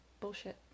bullshit